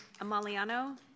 Amaliano